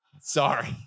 Sorry